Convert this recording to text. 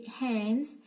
hands